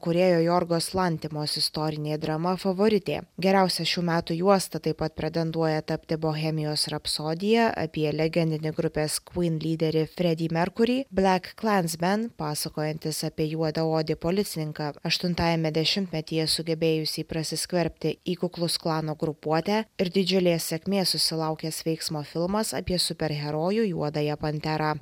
kūrėjo jorgos lantimos istorinė drama favoritė geriausia šių metų juosta taip pat pretenduoja tapti bohemijos rapsodija apie legendinį grupės kvyn lyderį fredį merkurį blak klans ben pasakojantis apie juodaodį policininką aštuntajame dešimtmetyje sugebėjusį prasiskverbti į kukluksklano grupuotę ir didžiulės sėkmės susilaukęs veiksmo filmas apie superherojų juodąją panterą